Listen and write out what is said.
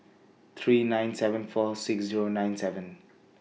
three nine seven four six Zero nine seven